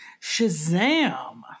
Shazam